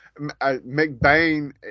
McBain